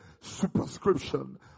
superscription